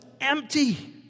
empty